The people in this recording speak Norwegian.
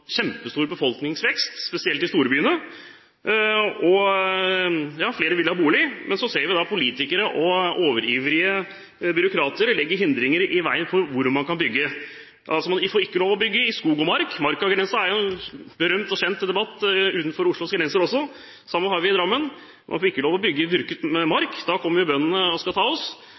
kjempestor befolkningsvekst, spesielt i storbyene. Flere vil ha bolig. Men så ser vi politikere og overivrige byråkrater legge hindringer i veien for hvor man kan bygge. Man får ikke lov til å bygge i skog og mark – debatten om markagrensen er jo en berømt og kjent debatt utenfor Oslos grenser også. Det samme har vi i Drammen: Man får ikke lov til å bygge i dyrket mark. Da kommer bøndene og skal ta oss.